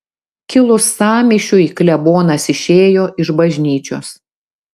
kilus sąmyšiui klebonas išėjo iš bažnyčios